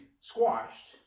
squashed